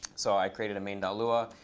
so i created a main dot lua,